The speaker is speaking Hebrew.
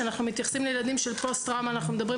כאשר אנחנו מתייחסים לילדים של פוסט טראומה אנחנו מדברים